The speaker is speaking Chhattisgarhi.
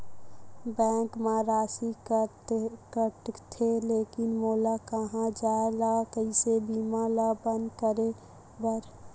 बैंक मा राशि कटथे लेकिन मोला कहां जाय ला कइसे बीमा ला बंद करे बार?